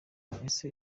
ese